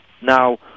Now